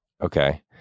Okay